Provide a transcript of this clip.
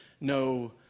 no